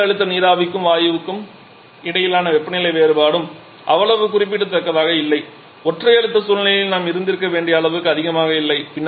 குறைந்த அழுத்த நீராவிக்கும் வாயுக்கும் இடையிலான வெப்பநிலை வேறுபாடும் அவ்வளவு குறிப்பிடத்தக்கதாக இல்லை ஒற்றை அழுத்த சூழ்நிலையில் நாம் இருந்திருக்க வேண்டிய அளவுக்கு அதிகமாக இல்லை